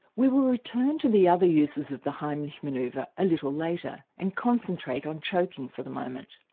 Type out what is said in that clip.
we will return to the other uses of the heimlich manoeuvre a little later and concentrate on choking for the moment.